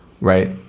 Right